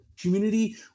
community